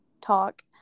talk